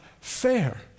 fair